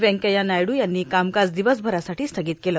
व्यंकय्या नायडू यांनी कामकाज दिवसभरासाठी स्थगित केलं